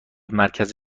مرکز